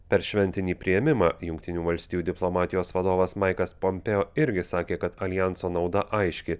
per šventinį priėmimą jungtinių valstijų diplomatijos vadovas maikas pompeo irgi sakė kad aljanso nauda aiški